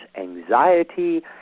anxiety